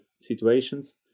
situations